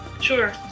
Sure